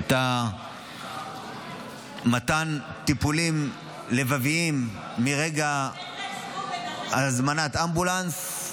מתן הטיפולים הלבביים מרגע הזמנת האמבולנס,